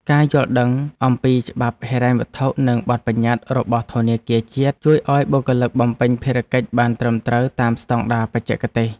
ការយល់ដឹងអំពីច្បាប់ហិរញ្ញវត្ថុនិងបទបញ្ញត្តិរបស់ធនាគារជាតិ ជួយឱ្យបុគ្គលិកបំពេញភារកិច្ចបានត្រឹមត្រូវតាមស្ដង់ដារបច្ចេកទេស។